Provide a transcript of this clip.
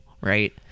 Right